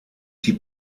die